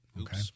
okay